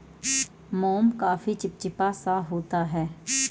मोम काफी चिपचिपा सा होता है